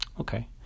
Okay